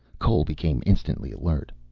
cole became instantly alert.